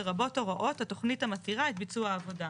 לרבות הוראות התכנית המתירה את ביצוע העבודה".